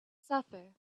suffer